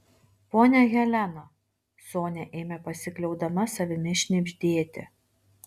ponia helena sonia ėmė pasikliaudama savimi šnibždėti